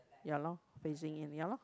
ya lor facing in ya lor